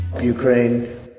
Ukraine